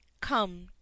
come